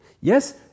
Yes